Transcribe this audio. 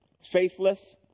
Faithless